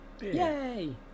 yay